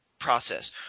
process